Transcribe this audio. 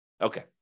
Okay